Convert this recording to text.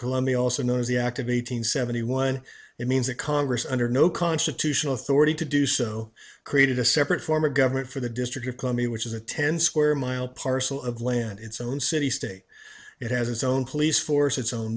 columbia also known as the activate hundred seventy one it means that congress under no constitutional authority to do so created a separate form of government for the district of columbia which is a ten square mile parcel of land its own city state it has its own police force its own